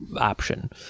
option